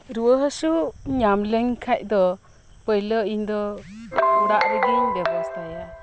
ᱨᱩᱣᱟᱹ ᱦᱟᱹᱥᱩ ᱧᱟᱢ ᱞᱤᱧ ᱠᱷᱟᱱ ᱫᱚ ᱯᱳᱭᱞᱳ ᱤᱧ ᱫᱚ ᱚᱲᱟᱜ ᱨᱮᱜᱮᱧ ᱵᱮᱵᱚᱥᱛᱟᱭᱟ